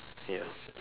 ya